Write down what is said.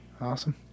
Awesome